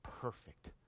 perfect